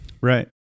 Right